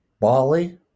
Bali